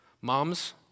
moms